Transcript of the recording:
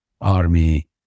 army